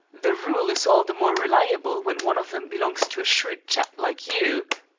the rule is all the more reliable when one of them belongs to a shrewd chap like you.